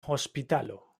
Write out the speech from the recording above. hospitalo